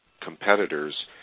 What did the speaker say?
competitors